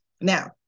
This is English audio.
Now